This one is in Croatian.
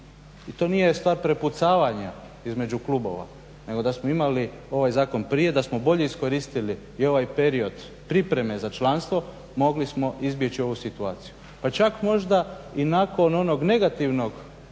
i to nije stvar prepucavanja između klubova, nego da smo imali ovaj zakon prije, da smo bolje iskoristili i ovaj period pripreme za članstvo mogli smo izbjeći ovu situaciju pa čak možda i nakon onog negativnog